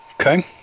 Okay